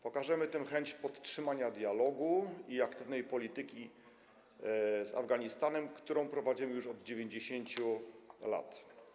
Pokażemy tym chęć podtrzymania dialogu i aktywnej polityki z Afganistanem, którą prowadzimy już od 90 lat.